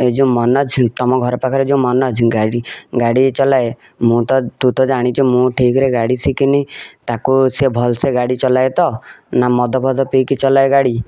ଏ ଯେଉଁ ମନୋଜ ତମ ଘର ପାଖରେ ଯେଉଁ ମନୋଜ ଗାଡ଼ି ଗାଡ଼ି ଚଲାଏ ମୁଁ ତ ତୁ ତ ଜାଣିଛୁ ମୁଁ ଠିକ୍ରେ ଗାଡ଼ି ଶିଖିନି ତାକୁ ସେ ଭଲସେ ଗାଡ଼ି ଚଲାଏ ତ ନା ମଦ ଫଦ ପିଇକି ଚଲାଏ ଗାଡ଼ି